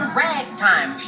ragtime